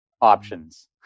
options